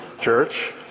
church